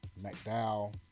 McDowell